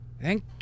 Thank